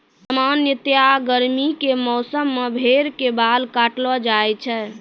सामान्यतया गर्मी के मौसम मॅ भेड़ के बाल काटलो जाय छै